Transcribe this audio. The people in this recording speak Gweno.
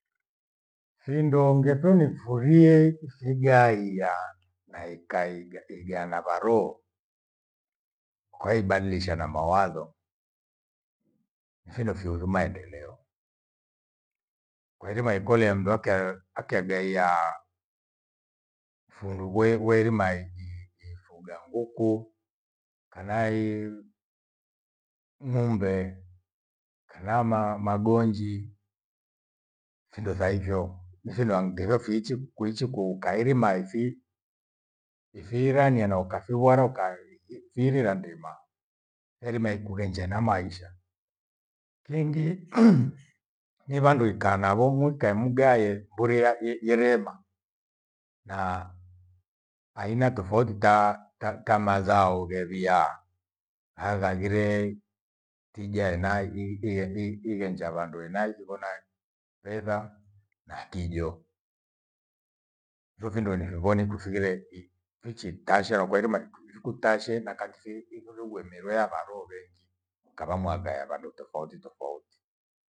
Thindo ngetho nifurie thigaia na ikaiga iga na varoo. Kwaibadilishana mawatho findo fiuthu maendeleo. Kwairima ikolea mndu akhe- akhe agaia fundu gwe- gweirima i- i- fuga nguku kana i- i ng'ombe kana ma- magonji findo tha hivyo mithino ange thofiichi kuichi kuu- kairima ifi- ifiirania na ukafiwara uka- i- fiirira ndima, herima ikhughenja ena maisha. Kighi ni vandu ikhaa navo mukae mugaye huria ye- yerema na aina tofauti ta- ta mazao ghewiaa haya ghaghire igaye na i- i- ighenja vandu ena ivona fetha na kijoo. Ifo findo nivivoni kuthighire i- hichi tasharo kwairima ithi- thikutashe nakatithi ighu nungwe nerwea varo vengi kava mwaka ya vando tofauti tofauti